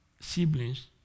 siblings